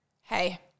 hey